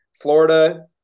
Florida